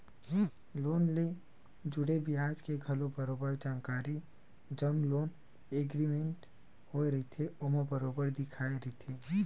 loan ले जुड़े बियाज के घलो बरोबर जानकारी जउन लोन एग्रीमेंट होय रहिथे ओमा बरोबर लिखाए रहिथे